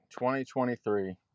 2023